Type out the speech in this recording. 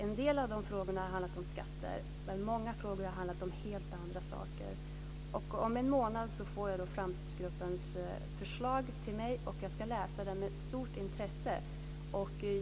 En del av de frågorna har handlat om skatter, men många frågor har handlat om helt andra saker. Om en månad får jag Framtidsgruppens förslag till mig. Jag ska läsa det med stort intresse.